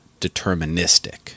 deterministic